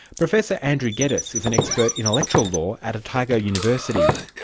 professor andrew geddis is an expert in electoral law at otago university.